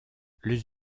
les